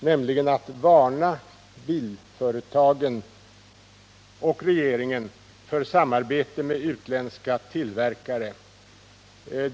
Han varnar nämligen bilföretagen och regeringen för samarbete med utländska tillverkare.